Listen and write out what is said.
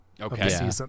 okay